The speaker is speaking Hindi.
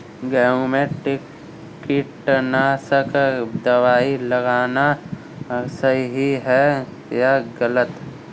गेहूँ में कीटनाशक दबाई लगाना सही है या गलत?